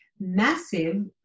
massive